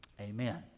Amen